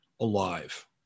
alive